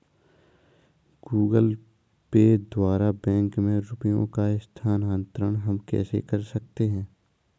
Google Pay द्वारा bank में रुपयों का स्थानांतरण हम कैसे कर सकते हैं?